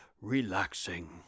relaxing